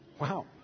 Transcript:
Wow